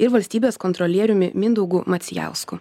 ir valstybės kontrolieriumi mindaugu macijausku